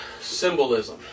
Symbolism